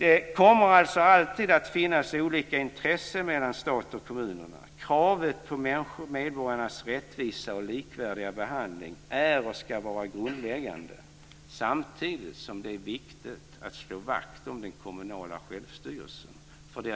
Det kommer alltså alltid att finnas olika intressen mellan staten och kommunerna. Kravet på rättvisa för medborgarna och likvärdig behandling är och ska vara grundläggande. Samtidigt är det viktigt att slå vakt om den kommunala självstyrelsen.